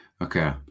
Okay